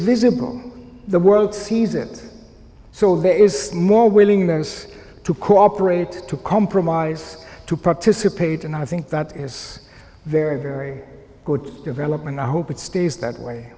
visible the world sees it so there is more willingness to cooperate to compromise to participate and i think that is very very good development i hope it stays that way